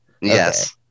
Yes